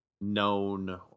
Known